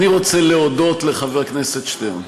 אני רוצה להודות לחבר הכנסת שטרן.